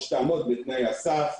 שתעמוד בתנאי הסף,